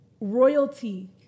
royalty